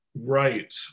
right